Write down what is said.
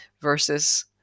versus